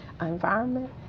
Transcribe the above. environment